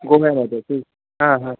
गोव्यामध्ये ठीक हां हां